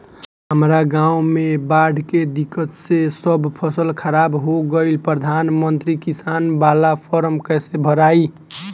हमरा गांव मे बॉढ़ के दिक्कत से सब फसल खराब हो गईल प्रधानमंत्री किसान बाला फर्म कैसे भड़ाई?